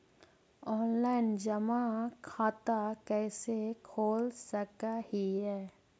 Online जमा खाता कैसे खोल सक हिय?